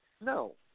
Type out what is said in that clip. No